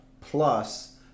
plus